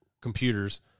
computers